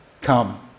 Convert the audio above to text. come